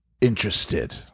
interested